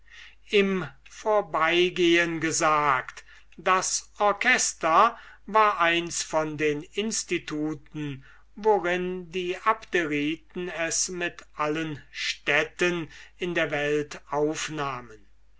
im vorbeigehen gesagt das orchester war eins von den instituten worin die abderiten es mit allen städten in der welt aufnahmen